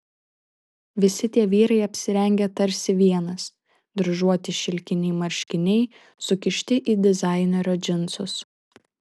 visi tie vyrai apsirengę tarsi vienas dryžuoti šilkiniai marškiniai sukišti į dizainerio džinsus